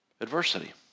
Adversity